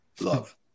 Love